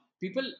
People